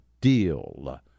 deal